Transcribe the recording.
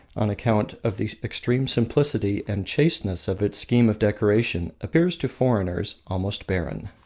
on account of the extreme simplicity and chasteness of its scheme of decoration, appears to foreigners almost barren.